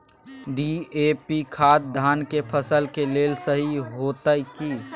DAP खाद धान के फसल के लेल सही होतय की?